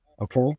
Okay